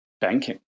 banking